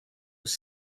was